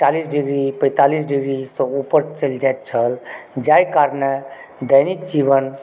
चालीस डिग्री पैंतालीस डिग्रीसंँ ऊपर चलि जाइत छल जहि कारणे दैनिक जीवन